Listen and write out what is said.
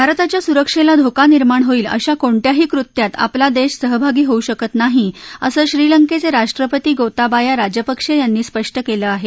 भारताच्या सुरक्षेला धोका निर्माण होईल अशा कोणत्याही कृत्यात आपला देश सहभागी होऊ शकत नाही अस श्रीलंकेचे राष्ट्रपती गोताबाया राजपक्षे यांनी स्पष्ट केलं आहे